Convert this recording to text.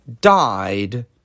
died